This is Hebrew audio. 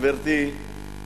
גברתי,